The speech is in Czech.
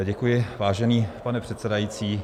Děkuji, vážený pane předsedající.